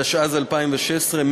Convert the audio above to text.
התשע"ז 2016,